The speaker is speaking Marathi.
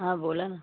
हां बोला ना